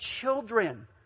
children